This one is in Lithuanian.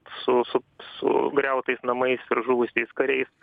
su su sugriautais namais ir žuvusiais kariais